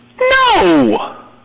No